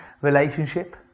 relationship